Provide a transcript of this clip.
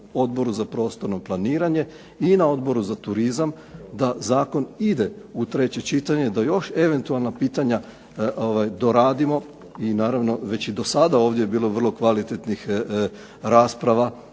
Odboru za prostorno planiranje i na Odboru za turizam da zakon ide u treće čitanje, da još eventualna pitanja doradimo i naravno već je do sada ovdje bilo vrlo kvalitetnih rasprava,